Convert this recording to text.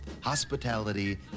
hospitality